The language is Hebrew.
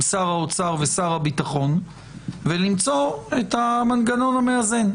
שר האוצר ועם שר הביטחון ולמצוא את המנגנון המאזן.